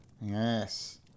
Yes